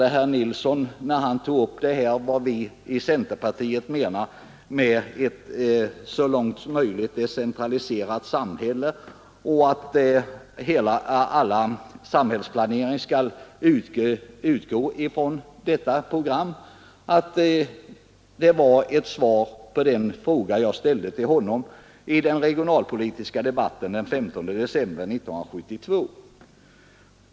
När herr Nilsson i Tvärålund tog upp detta om vad centern menade med ”ett så långt möjligt decentraliserat samhälle” och att all samhällsplanering skall utgå från detta program, uppfattade jag det som ett svar på den fråga jag ställde till honom i den regionalpolitiska debatten den 15 december 1972.